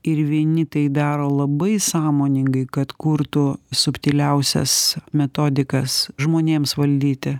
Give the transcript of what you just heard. ir vieni tai daro labai sąmoningai kad kurtų subtiliausias metodikas žmonėms valdyti